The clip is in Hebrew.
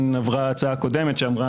חסר.